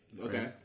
Okay